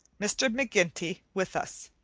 mr. mcginty, with us.